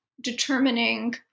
determining